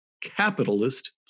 capitalist